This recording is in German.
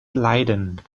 leiden